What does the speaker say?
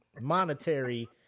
monetary